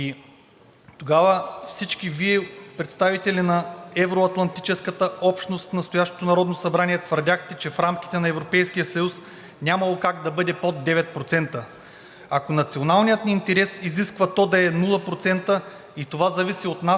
Тогава всички Вие – представители на евро-атлантическата общност в настоящото Народно събрание, твърдяхте, че в рамките на Европейския съюз нямало как да бъде под 9%. Ако националният ни интерес изисква то да е 0% и това зависи от нас,